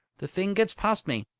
the thing gets past me.